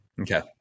Okay